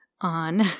on